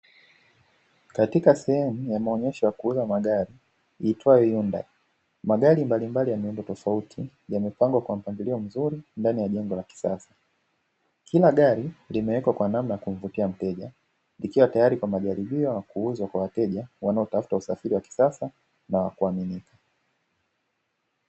Katika sehemu ya maonyesho ya kuuza magari iitwayo "Hyundai", magari mbalimbali yamewekwa kwa mpangilio mzuri ndani ya nyumba ya kisasa kila gari limewekwa kwa namna ya kumpokea mteja ikiwa tayari kwa majaribio kuuzwa kwa wateja wanaotafuta usafiri wa kisasa na kuamini.